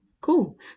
cool